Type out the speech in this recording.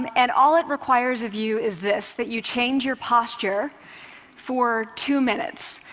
um and all it requires of you is this that you change your posture for two minutes.